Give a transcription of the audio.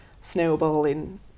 snowballing